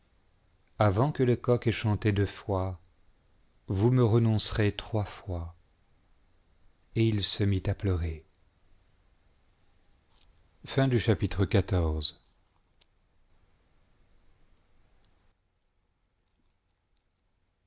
avant que le coq ait chanté deux fois vous me renoncerez trois fois et il se mit à pleurer